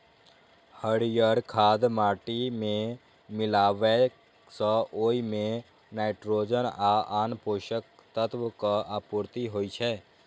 हरियर खाद माटि मे मिलाबै सं ओइ मे नाइट्रोजन आ आन पोषक तत्वक आपूर्ति होइ छै